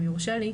אם יורשה לי,